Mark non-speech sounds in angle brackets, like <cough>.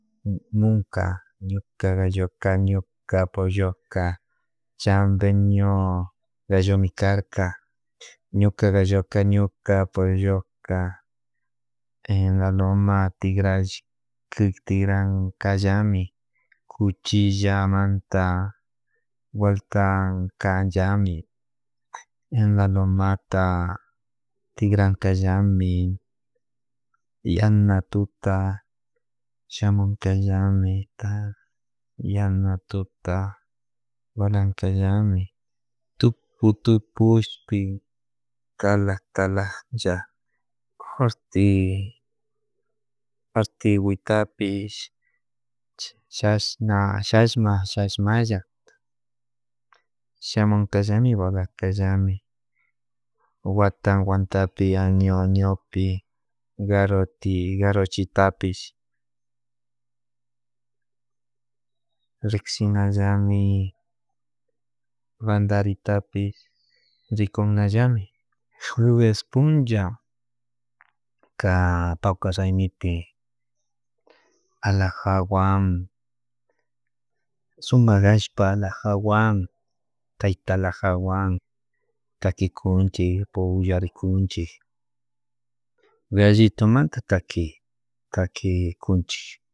Munka ñuka galloka, ñuka polloka, chambeño gallomi karka, ñuka golloka, ñuka polloka, <hesitation> loma tikralli kikpíkran kallami cuchillamanta watanka llami en la lomata tikrankallami yana tuta shamuyta llami <hesitation> yana tuta munankallami tukuy tupushpin kalak kalakcha fuerte fuertewitapish <hesitation> chashna shashma shashmalla shamunka llami walakka llami wata watapi año añopi garoti garochitapish rikzinallami pandaritapik ricunallami jueves puncha pawkar raymipi alajawam sumak ashpa alajawan tayta alajawan takikunchik puncharikunchik gallitomanta taki taki punchik